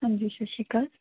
ਹਾਂਜੀ ਸਤਿ ਸ਼੍ਰੀ ਅਕਾਲ